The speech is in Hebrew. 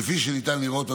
כפי שניתן לראות,